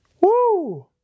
Woo